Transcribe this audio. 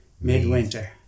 midwinter